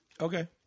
Okay